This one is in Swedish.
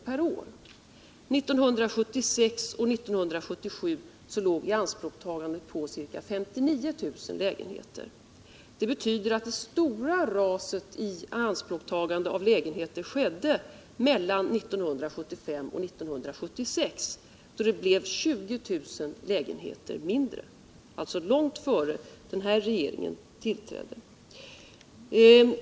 1976 och 1977 låg i anspråktagandet på ca 59 000 lägenheter. Det betyder att det stora raset när det gäller ianspråktagande av lägenheter skedde mellan 1975 och 1976, då det blev 20 000 lägenheter färre — alltså långt innan den här regeringen tillträdde.